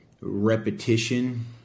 repetition